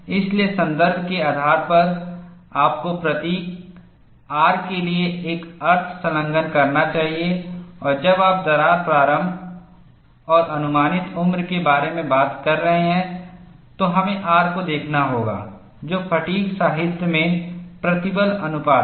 इसलिए संदर्भ के आधार पर आपको प्रतीक R के लिए एक अर्थ संलग्न करना चाहिए और जब आप दरार प्रारंभ और अनुमानित उम्र के बारे में बात कर रहे हैं तो हमें R को देखना होगा जो फ़ैटिग् साहित्य में प्रतिबल अनुपात है